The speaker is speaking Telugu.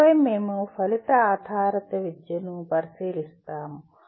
ఆపై మేము ఫలిత ఆధారిత విద్యను పరిశీలిస్తాము